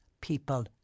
people